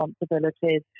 responsibilities